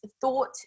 thought